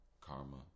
karma